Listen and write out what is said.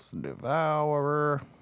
Devourer